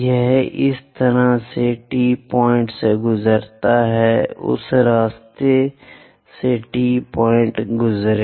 यह इस तरह से T पॉइंट से गुजरता है उस रास्ते से T पॉइंट से गुजरें